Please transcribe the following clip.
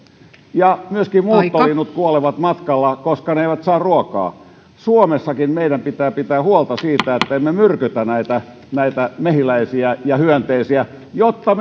ja myöskin muuttolinnut kuolevat matkallaan koska ne eivät saa ruokaa suomessakin meidän pitää pitää huolta siitä että emme myrkytä mehiläisiä ja hyönteisiä jotta